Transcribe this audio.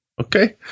Okay